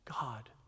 God